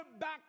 back